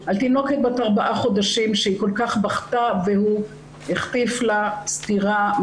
על תינוקת בת ארבעה חודשים שהיא כל כך בכתה והוא החטיף לה סטירה,